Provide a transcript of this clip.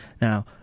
Now